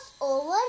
over